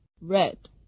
red